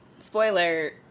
spoiler